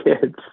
kids